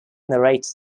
narrates